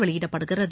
வெளியிடப்படுகிறது